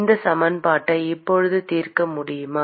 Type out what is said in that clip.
இந்த சமன்பாட்டை இப்போது தீர்க்க முடியுமா